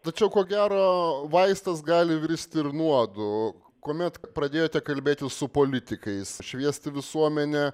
tačiau ko gero vaistas gali virsti ir nuodu kuomet pradėjote kalbėti su politikais šviesti visuomenę